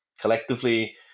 collectively